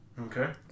Okay